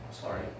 Sorry